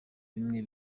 bimwe